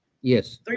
Yes